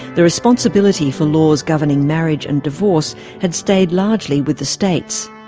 the responsibility for laws governing marriage and divorce had stayed largely with the states.